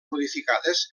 modificades